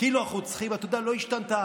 אתה יודע, לא השתנתה.